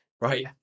Right